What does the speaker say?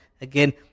again